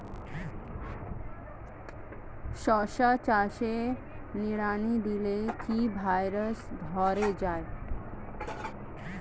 শশা চাষে নিড়ানি দিলে কি ভাইরাস ধরে যায়?